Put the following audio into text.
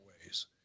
ways